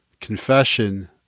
confession